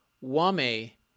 Wame